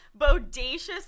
bodacious